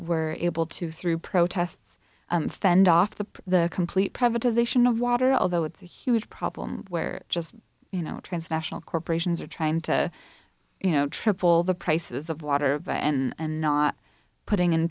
were able to through protests fend off the complete privatization of water although it's a huge problem where just you know transnational corporations are trying to you know triple the prices of water and not putting in